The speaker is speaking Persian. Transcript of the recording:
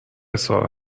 سارا